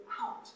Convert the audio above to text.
out